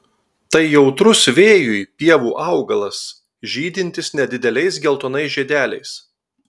tai jautrus vėjui pievų augalas žydintis nedideliais geltonais žiedeliais